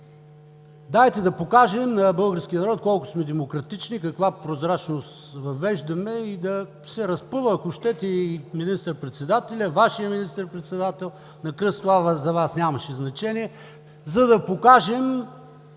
дайте да покажем на българския народ колко сме демократични, каква прозрачност въвеждаме и да се разпъва, ако щете, и министър-председателят – Вашият министър-председател, на кръст. Това за Вас нямаше значение, за да покажем